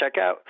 checkout